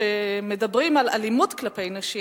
כשמדברים על אלימות כלפי נשים,